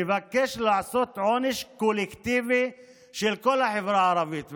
מבקש לתת עונש קולקטיבי לכל החברה הערבית.